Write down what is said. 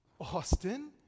Austin